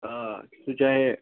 آ سُہ چاہے